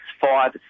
five